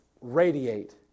radiate